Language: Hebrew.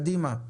קדימה.